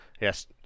yes